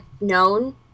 known